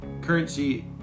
Currency